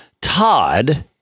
Todd